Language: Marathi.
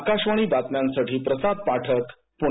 आकाशवाणी बातम्यांसाठी प्रसाद पाठक पुणे